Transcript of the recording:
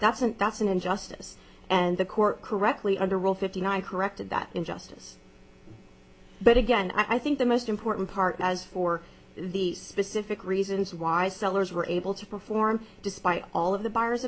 that's an that's an injustice and the court correctly under rule fifteen i corrected that injustice but again i think the most important part as for the specific reasons why sellers were able to perform despite all of the b